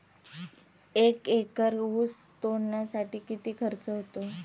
एक एकर ऊस तोडणीसाठी किती खर्च येतो?